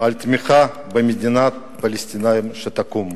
על תמיכה במדינה הפלסטינית שתקום.